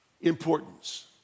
importance